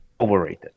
overrated